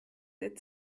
der